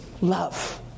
love